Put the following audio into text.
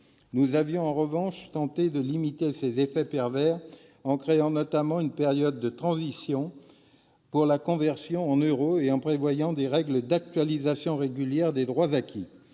Nous avions, en revanche, tenté de limiter ses effets pervers, notamment en créant une période de transition pour la conversion en euros et en prévoyant des règles d'actualisation régulière des droits acquis.